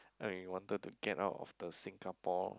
like you wanted to get out of the Singapore